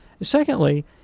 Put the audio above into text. Secondly